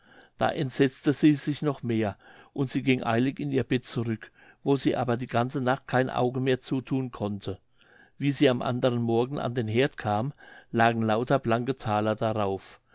da entsetzte sie sich noch mehr und sie ging eilig in ihr bett zurück wo sie aber die ganze nacht kein auge mehr zuthun konnte wie sie am anderen morgen an den heerd kam lagen lauter blanke thaler darauf